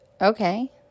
Okay